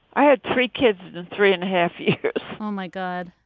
i had three kids, three and a half oh, my god.